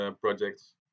projects